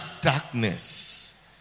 darkness